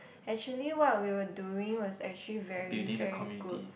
actually what we were doing was actually very very good